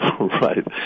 Right